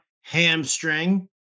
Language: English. hamstring